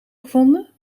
gevonden